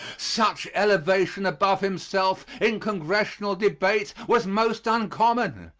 such elevation above himself, in congressional debate, was most uncommon.